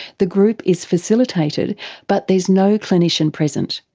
the group is facilitated but there's no clinician present.